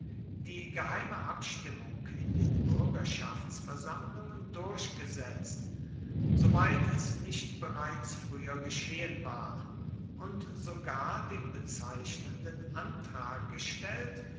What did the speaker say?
die geheime abstimmung in den bürgerschaftsversammlungen durchgesetzt soweit es nicht bereits früher geschehen war und sogar den bezeichnenden antrag gestellt